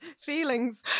feelings